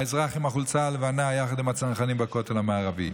האזרח עם החולצה הלבנה יחד עם הצנחנים בכותל המערבי.